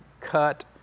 cut